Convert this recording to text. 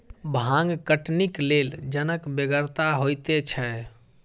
भांग कटनीक लेल जनक बेगरता होइते छै